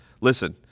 listen